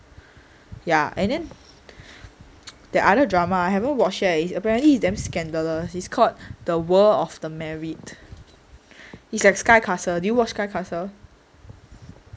ya and then the other drama I haven't watch yet apparently it's damn scandalous it's called the world of the married it's like sky castle did you watch sky castle